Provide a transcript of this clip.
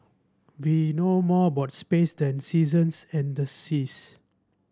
we know more about space than seasons and the seas